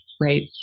Right